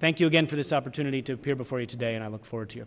thank you again for this opportunity to appear before you today and i look forward to your